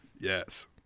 Yes